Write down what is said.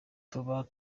tuba